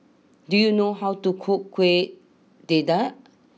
do you know how to cook Kueh Dadar